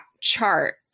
chart